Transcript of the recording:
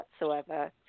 whatsoever